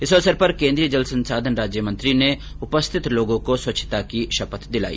इस अवसर पर केन्द्रीय जल संसाधन राज्यमंत्री ने उपस्थित लोगों को स्वच्छता की शपथ दिलाई